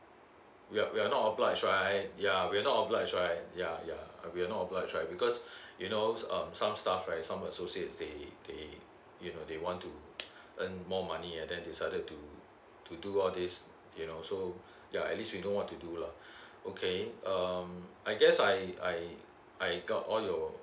we're we're not obliged right yeah we're not obliged right yeah yeah we are not obliged right because you know some staff right some associates they they you know they want to earn more money and then decided to to do all these you know so yeah at least we know what to do lah okay um I guess I I I got all your